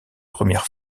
premières